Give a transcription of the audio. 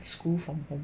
school from home